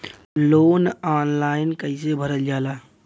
Loan online कइसे भरल जाला?